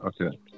Okay